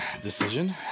decision